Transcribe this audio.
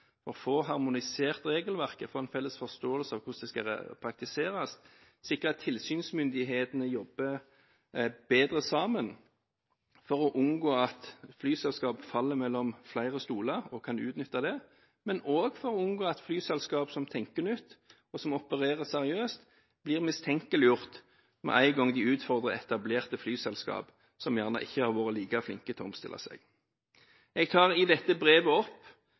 få harmonisert regelverket, få en felles forståelse av hvordan det skal praktiseres, sikre at tilsynsmyndighetene jobber bedre sammen for å unngå at flyselskap faller mellom flere stoler og kan utnytte det, men også for å unngå at flyselskap som tenker nytt, og som opererer seriøst, blir mistenkeliggjort med en gang de utfordrer etablerte flyselskap som gjerne ikke har vært like flinke til å omstille seg. Jeg tar i dette brevet opp